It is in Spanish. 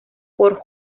por